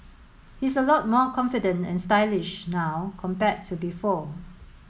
he's a lot more confident and stylish now compared to before